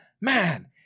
man